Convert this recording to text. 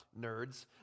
nerds